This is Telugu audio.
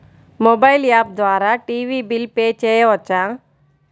మొబైల్ యాప్ ద్వారా టీవీ బిల్ పే చేయవచ్చా?